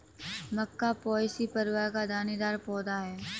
मक्का Poaceae परिवार का दानेदार पौधा है